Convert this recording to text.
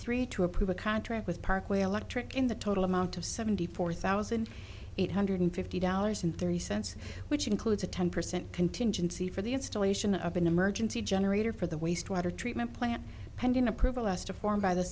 three to approve a contract with parkway electric in the total amount of seventy four thousand eight hundred fifty dollars and three cents which includes a ten percent contingency for the installation of an emergency generator for the wastewater treatment plant pending approval asked a form by the